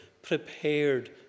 prepared